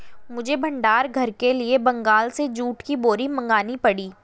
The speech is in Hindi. मुझे भंडार घर के लिए बंगाल से जूट की बोरी मंगानी पड़ी